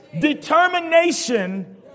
Determination